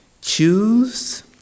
choose